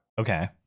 Okay